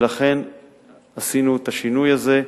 ולכן עשינו את השינוי הזה.